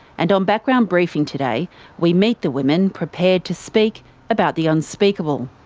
and on background briefing today we meet the women prepared to speak about the unspeakable.